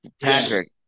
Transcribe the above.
Patrick